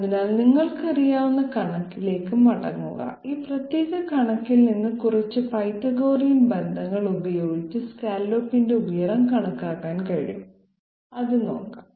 അതിനാൽ നിങ്ങൾക്കറിയാവുന്ന കണക്കിലേക്ക് മടങ്ങുക ഈ പ്രത്യേക കണക്കിൽ നിന്ന് കുറച്ച് പൈതഗോറിയൻ ബന്ധങ്ങൾ ഉപയോഗിച്ച് സ്കല്ലോപ്പിന്റെ ഉയരം കണക്കാക്കാൻ കഴിയും അത് നോക്കാം